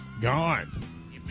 gone